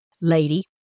Lady